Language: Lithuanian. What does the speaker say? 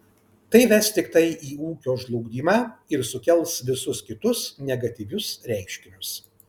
tai ves tiktai į ūkio žlugdymą ir sukels visus kitus negatyvius reiškinius